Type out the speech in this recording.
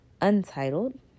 untitled